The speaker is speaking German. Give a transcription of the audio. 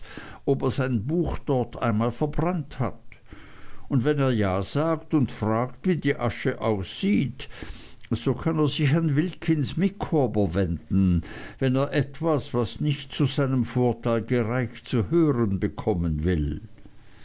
ob er sein buch dort einmal verbrannt hat und wenn er ja sagt und fragt wie die asche aussieht so kann er sich an wilkins micawber wenden wenn er etwas was nicht zu seinem vorteil gereicht zu hören bekommen will